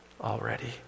already